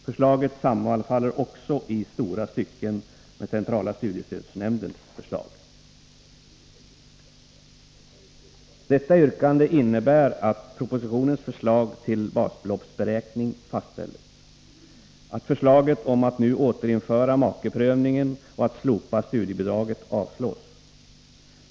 Förslaget sammanfaller i långa stycken med centrala studiestödsnämndens förslag. Detta innebär att propositionens förslag till basbeloppsberäkningen fastställs samt att förslaget om att nu återinföra makeprövningen och slopa studiebidraget avstyrks.